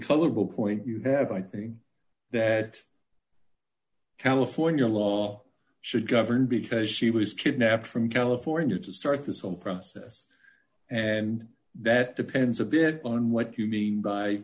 it will point you have i think that california law should govern because she was kidnapped from california to start this on frances and that depends a bit on what you mean by